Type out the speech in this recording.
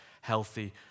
healthy